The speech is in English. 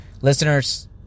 Listeners